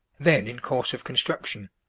then in course of construction.